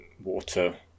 water